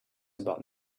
about